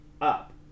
up